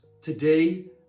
today